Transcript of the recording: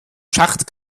schacht